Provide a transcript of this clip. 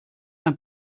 ein